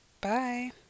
Bye